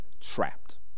trapped